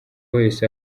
wese